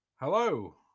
Hello